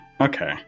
okay